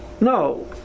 no